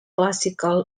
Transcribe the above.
classical